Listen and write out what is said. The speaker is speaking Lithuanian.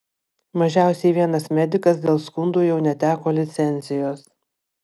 mažiausiai vienas medikas dėl skundų jau neteko licencijos